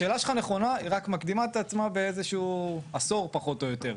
השאלה שלך נכונה היא רק מקדימה את עצמה באיזשהו עשור פחות או יותר.